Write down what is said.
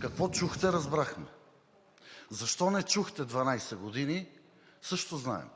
Какво чухте, разбрахме. Защо не чухте 12 години, също знаем.